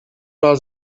war